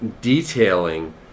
detailing